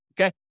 Okay